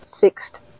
fixed